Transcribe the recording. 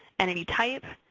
entity type,